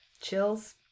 Chills